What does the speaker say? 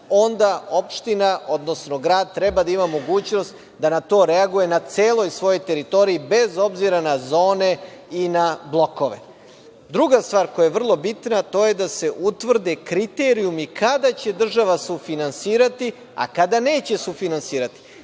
onda opština odnosno grad treba da ima mogućnost da na to reaguje, na celoj svojoj teritoriji, bez obzira na zone i na blokove. Druga stvar, koja je vrlo bitna, to je da se utvrde kriterijumi kada će država sufinansirati, a kada neće sufinansirati.